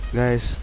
guys